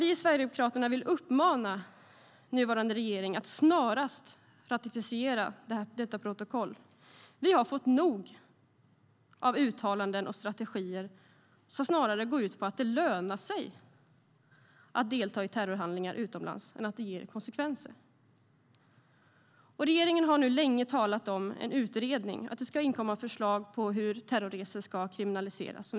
Vi i Sverigedemokraterna vill uppmana regeringen att snarast ratificera detta protokoll! Vi har fått nog av uttalanden och strategier som snarare går ut på att det lönar sig att delta i terrorhandlingar utomlands än att det ger konsekvenser. Regeringen har länge talat om en utredning och att det ska inkomma förslag på hur terrorresor ska kriminaliseras.